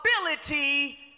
ability